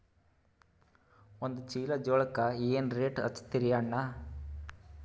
ಒಂದ ಚೀಲಾ ಜೋಳಕ್ಕ ಏನ ರೇಟ್ ಹಚ್ಚತೀರಿ ಅಣ್ಣಾ?